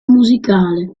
musicale